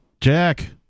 Jack